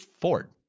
Ford